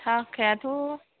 थाखायाथ'